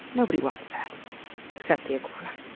nobody wants that except the iguana.